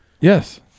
Yes